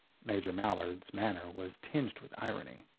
major mallard's manner was tinged with irony.